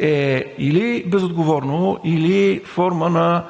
е или безотговорно, или форма на